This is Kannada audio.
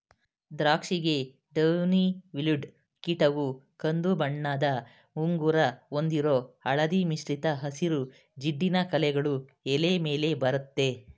ದ್ರಾಕ್ಷಿಗೆ ಡೌನಿ ಮಿಲ್ಡ್ಯೂ ಕೀಟವು ಕಂದುಬಣ್ಣದ ಉಂಗುರ ಹೊಂದಿರೋ ಹಳದಿ ಮಿಶ್ರಿತ ಹಸಿರು ಜಿಡ್ಡಿನ ಕಲೆಗಳು ಎಲೆ ಮೇಲೆ ಬರತ್ತೆ